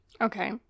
Okay